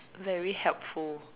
very helpful